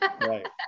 right